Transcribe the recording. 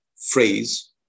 phrase